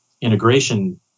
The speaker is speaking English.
integration